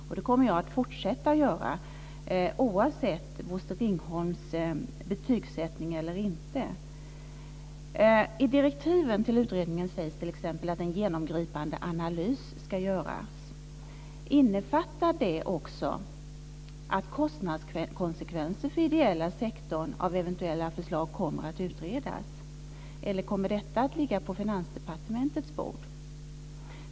Och det kommer jag att fortsätta att göra, oavsett Bosse Ringholms betygssättning eller inte. I direktiven till utredningen sägs det t.ex. att en genomgripande analys ska göras. Innefattar det också att kostnadskonsekvenser för den ideella sektor av eventuella förslag kommer att utredas, eller kommer detta att ligga på Finansdepartementets bord?